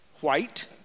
white